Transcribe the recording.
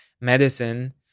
medicine